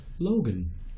Logan